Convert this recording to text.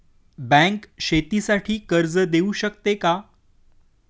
Bank शेतीसाठी कर्ज देऊ शकते का?